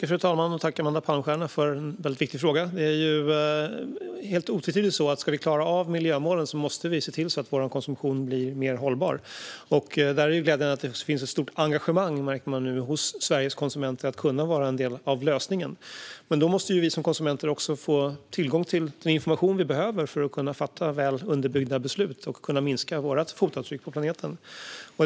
Fru talman! Tack, Amanda Palmstierna, för viktiga frågor! Det är otvetydigt så att om vi ska klara av miljömålen måste vi se till att vår konsumtion blir mer hållbar. Där är det glädjande att vi kan märka ett stort engagemang hos Sveriges konsumenter för att vara en del av lösningen. Men då måste vi som konsumenter också få tillgång till den information vi behöver för att fatta väl underbyggda beslut och minska vårt fotavtryck på planeten.